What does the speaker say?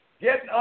Get